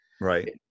Right